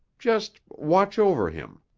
just watch over him.